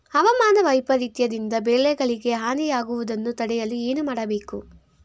ಹವಾಮಾನ ವೈಪರಿತ್ಯ ದಿಂದ ಬೆಳೆಗಳಿಗೆ ಹಾನಿ ಯಾಗುವುದನ್ನು ತಡೆಯಲು ಏನು ಮಾಡಬೇಕು?